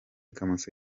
kamoso